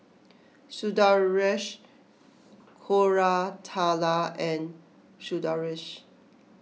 Sundaresh Koratala and Sundaresh